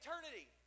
eternity